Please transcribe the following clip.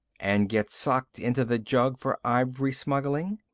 and get socked into the jug for ivory smuggling?